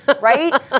right